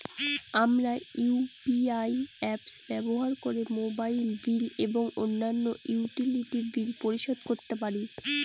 আমরা UPI apps ব্যবহার করে মোবাইল বিল এবং অন্যান্য ইউটিলিটি বিল পরিশোধ করতে পারি